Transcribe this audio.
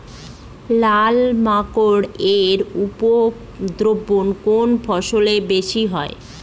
লাল মাকড় এর উপদ্রব কোন ফসলে বেশি হয়?